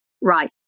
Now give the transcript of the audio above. Right